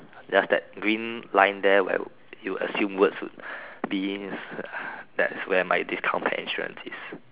there's that green line there where you assume words would be in that's where my discount pet insurance is